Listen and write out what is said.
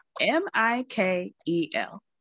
M-I-K-E-L